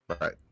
Right